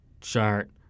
chart